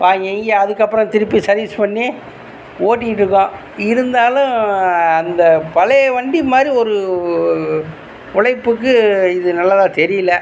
வாங்கியிங்கி அதுக்கு அப்புறம் திருப்பி சர்விஸ் பண்ணி ஓட்டிகிட்டு இருக்கோம் இருந்தாலும் அந்த பழைய வண்டி மாதிரி ஒரு உழைப்புக்கு இது நல்லதாக தெரியலை